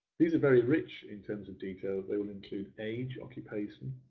these are very rich in terms of detail. they will include age, occupation,